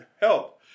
help